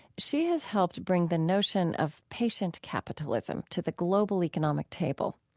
she has helped bring the notion of patient capitalism to the global economic table.